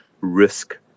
risk